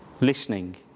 listening